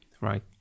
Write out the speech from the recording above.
Right